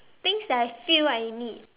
things that I feel I need